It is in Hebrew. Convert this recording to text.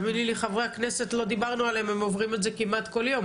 תאמיני לי חברי הכנסת לא דיברנו עליהם הם עוברים את זה כמעט כל יום,